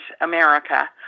America